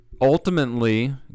ultimately